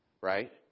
right